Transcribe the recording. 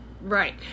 Right